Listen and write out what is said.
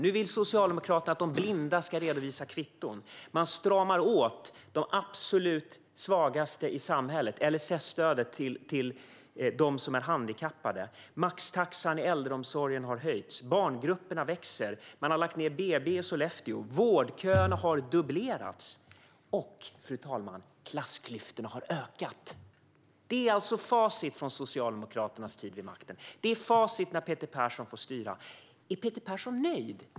Nu vill Socialdemokraterna att de blinda ska redovisa kvitton. Man stramar åt för de absolut svagaste i samhället och LSS-stödet för dem som är handikappade. Maxtaxan i äldreomsorgen har höjts. Barngrupperna växer. Man har lagt ned BB i Sollefteå. Vårdköerna har dubblerats. Och, fru talman, klassklyftorna har ökat. Det är alltså facit över Socialdemokraternas tid vid makten. Det är facit när Peter Persson får styra. Är Peter Persson nöjd?